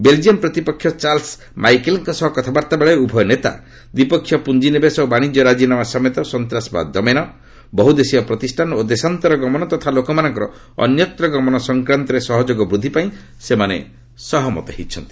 Belgium ପ୍ରତିପକ୍ଷ Charles ମାଇକେଲଙ୍କ ସହ କଥାବାର୍ତ୍ତା ବେଳେ ଉଭୟ ନେତା ଦ୍ୱିପକ୍ଷ ପୁଞ୍ଜିନିବେଶ ଓ ବାଣିଜ୍ୟ ରାଜିନାମା ସମେତ ସନ୍ତାସବାଦ ଦମନ ବହୁଦେଶୀୟ ପ୍ରତିଷାନ ଓ ଦେଶାନ୍ତର ଗମନ ତଥା ଲୋକମାନଙ୍କର ଅନ୍ୟତ୍ର ଗମନ ସଂକ୍ରାନ୍ତରେ ସହଯୋଗ ବୃଦ୍ଧି ପାଇଁ ସେମାନେ ସହମତ ହୋଇଛନ୍ତି